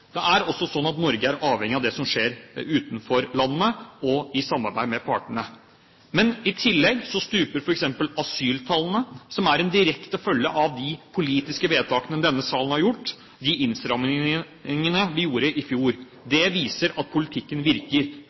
det er også sånn at Norge er avhengig av det som skjer utenfor landet og i samarbeid med partene. Men i tillegg stuper f.eks. asyltallene, som er en direkte følge av de politiske vedtakene denne salen har gjort, de innstrammingene vi gjorde i fjor. Det viser at politikken virker.